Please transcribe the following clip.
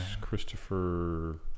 Christopher